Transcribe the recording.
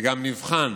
ונבחן